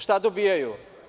Šta dobijaju?